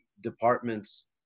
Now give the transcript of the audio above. departments